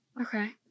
Okay